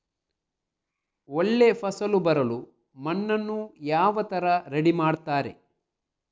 ಒಳ್ಳೆ ಫಸಲು ಬರಲು ಮಣ್ಣನ್ನು ಯಾವ ತರ ರೆಡಿ ಮಾಡ್ತಾರೆ?